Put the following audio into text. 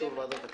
אם אני אפצל, אני